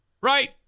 Right